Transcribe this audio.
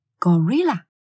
Gorilla